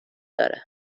داره